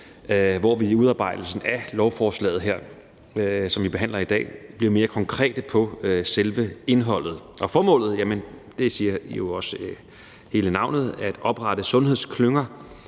hvor vi i udarbejdelsen af lovforslaget her, som vi behandler i dag, bliver mere konkrete på selve indholdet. Formålet ligger jo i navnet, nemlig at oprette sundhedsklynger